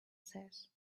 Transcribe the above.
says